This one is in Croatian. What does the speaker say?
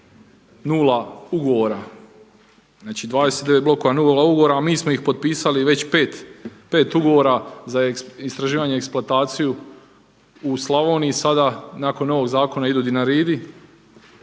nula ugovora. Znači 29 blokova novoga ugovora a mi smo ih potpisali već 5 ugovora za istraživanje i eksploataciju. U Slavoniji sada nakon novog zakona idu Dinaridi.